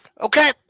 Okay